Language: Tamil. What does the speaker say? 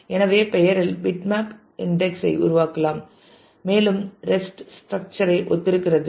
எனவே பெயரில் பிட்மேப் இன்டெக்ஸ் ஐ உருவாக்கலாம் மேலும் ரெஸ்ட் ஸ்ட்ரக்சர் ஐ ஒத்திருக்கிறது